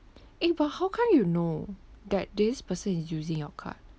eh but how come you know that this person is using your card